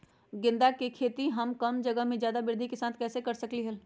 गेंदा के खेती हम कम जगह में ज्यादा वृद्धि के साथ कैसे कर सकली ह?